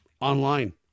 online